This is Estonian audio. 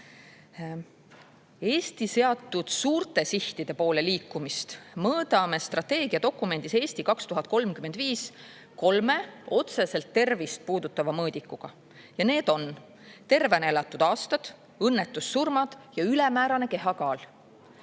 jõuda. Eesti seatud suurte sihtide poole liikumist mõõdame strateegiadokumendis "Eesti 2035" kolme otseselt tervist puudutava mõõdikuga, need on: tervena elatud aastad, õnnetussurmad ja ülemäärane kehakaal.